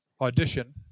audition